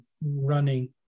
running